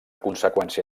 conseqüència